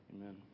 Amen